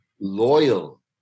Loyal